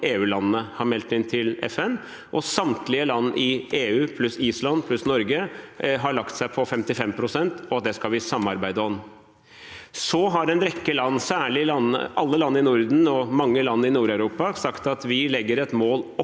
EU-landene har meldt inn til FN. Samtlige land i EU pluss Island og Norge har lagt seg på 55 pst., og det skal vi samarbeide om. Så har en rekke land, alle land i Norden og mange land i Nord-Europa, sagt at vi legger et mål oppå